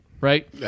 Right